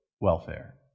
welfare